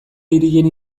hirien